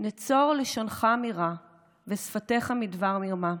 נצר לשונך מרע ושפתיך מדבר מרמה.